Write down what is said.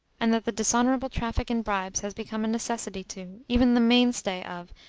and that the dishonourable traffic in bribes has become a necessity to, even the mainstay of,